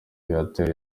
reuters